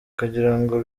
kugirango